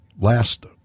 last